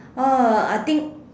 oh I think